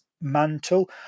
mantle